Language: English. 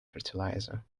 fertilizer